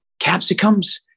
capsicums